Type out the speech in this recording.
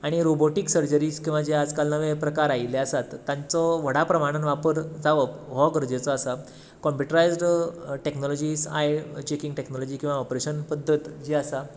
आनी robotic surgeries किंवां आयज काल जें नवें प्रकार आयिल्ले आसात तांचो व्हडा प्रमाणांत वापर जावप हो गरजेचो आसा computerized technologies eye checking technology किंवां ऑपरेशन पद्दत जी आसा